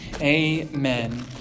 Amen